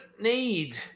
need